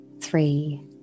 Three